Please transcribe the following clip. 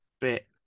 bit